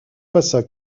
passa